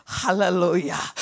hallelujah